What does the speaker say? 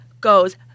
goes